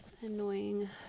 Annoying